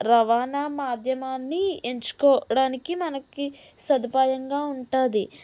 రవాణా మాధ్యమాన్ని ఎంచుకోవడానికి మనకి సదుపాయంగా ఉంటాది